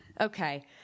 Okay